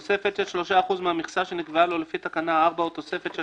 " תוספת של 3 אחוז מהמכסה שנקבעה לו לפי תקנה 4 או תוספת של